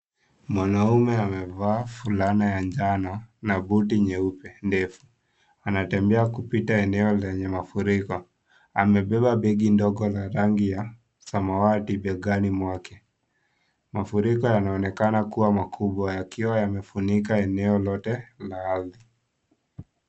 Mwanaume amevaa fulana ya njano na hudi nyeupe ndefu anatembea kupita eneo lenye mafuriko amebeba begi ndogo la rangi ya samawati begani mwake mafuriko yanaonekana kuwa makubwa yakiwa yamefunika eneo lote la ardhi.